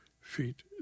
feet